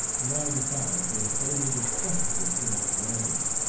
and i, besides, was utterly disgusted with so much wrangling,